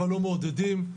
לא מעודדים.